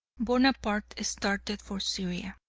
bonaparte started for syria.